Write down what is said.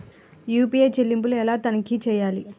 UPI చెల్లింపులు ఎలా తనిఖీ చేయాలి?